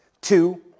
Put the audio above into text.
Two